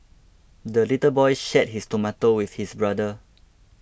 the little boy shared his tomato with his brother